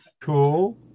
Cool